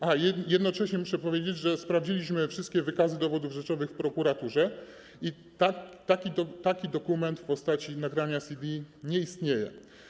Aha, jednocześnie muszę powiedzieć, że sprawdziliśmy wszystkie wykazy dowodów rzeczowych w prokuraturze i taki dokument w postaci nagrania CD nie istnieje.